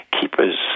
keeper's